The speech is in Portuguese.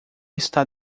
está